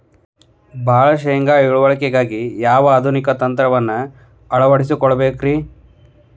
ಭಾಳ ಶೇಂಗಾ ಇಳುವರಿಗಾಗಿ ಯಾವ ಆಧುನಿಕ ತಂತ್ರಜ್ಞಾನವನ್ನ ಅಳವಡಿಸಿಕೊಳ್ಳಬೇಕರೇ?